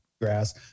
grass